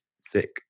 sick